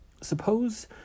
Suppose